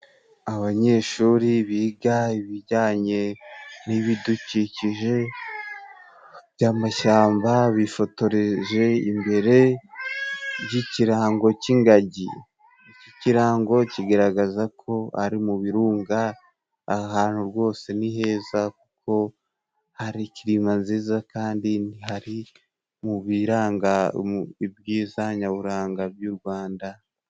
Abanyeshuri biga ibijyanye n'ibidukikije by'amashyamba bifotoreje imbere y'ikirango cy'ingagi kigaragaza ko ari mu birunga ahantu rwose ni heza kuko hari kilima nziza kandi ntihari mu byiza nyaburanga by'u rwanda.